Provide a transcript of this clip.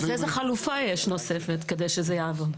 אז איזו חלופה יש נוספת, כדי שזה יעבוד?